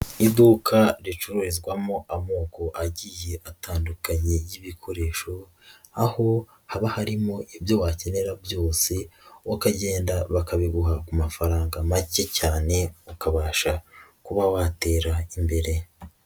Iduka ricururizwamo amoko agiye atandukanye y'ibikoresho, aho haba harimo ibyo wakenera byose ukagenda bakabiguha ku mafaranga make cyane, ukabasha kuba watera imbere.